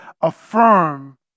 affirm